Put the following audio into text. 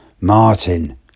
Martin